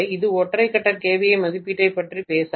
இது ஒற்றை கட்ட kVA மதிப்பீட்டைப் பற்றி பேசாது